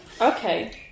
Okay